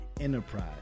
enterprise